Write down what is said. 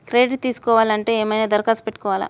Credit తీసుకోవాలి అంటే ఏమైనా దరఖాస్తు పెట్టుకోవాలా?